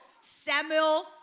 Samuel